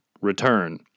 return